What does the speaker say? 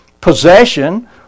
possession